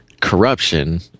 corruption